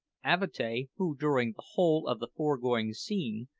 avatea, who, during the whole of the foregoing scene,